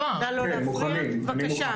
יפה, נא לא להפריע, בבקשה.